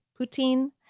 Putin